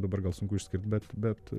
dabar gal sunku išskirt bet bet